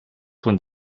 rund